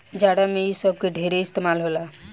जाड़ा मे इ सब के ढेरे इस्तमाल होला